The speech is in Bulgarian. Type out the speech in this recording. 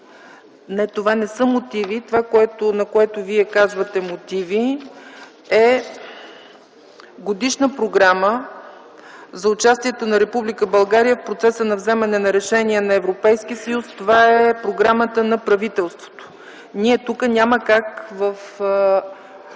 Не, това не са мотиви. Това, на което Вие казвате мотиви, е Годишна програма за участието на Република България в процеса на вземане на решения на Европейския съюз. Това е програмата на правителството. Ние тук няма как в